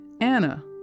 Anna